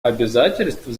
обязательств